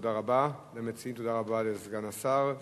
תודה רבה למציעים, תודה רבה לסגן השר.